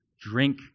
Drink